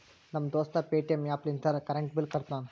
ನಮ್ ದೋಸ್ತ Paytm app ಲಿಂತೆ ಕರೆಂಟ್ ಬಿಲ್ ಕಟ್ಟತಾನ್